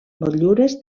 motllures